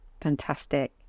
Fantastic